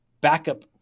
backup